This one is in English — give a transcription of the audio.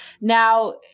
Now